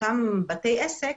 אותם בתי עסק,